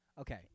Okay